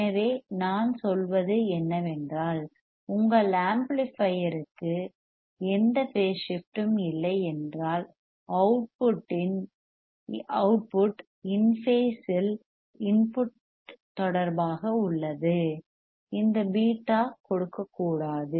எனவே நான் சொல்வது என்னவென்றால் உங்கள் ஆம்ப்ளிபையர்க்கு எந்த பேஸ் ஷிப்ட்டும் இல்லை என்றால் அவுட்புட் இன் பேஸ் இல் இன்புட் தொடர்பாக உள்ளது இந்த பீட்டா கொடுக்கக்கூடாது